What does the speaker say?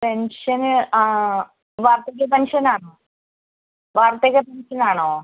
pension വാർധക്യ പെൻഷനാണോ വാർധക്യ പെൻഷനാണോ